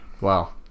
Wow